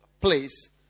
place